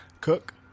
cook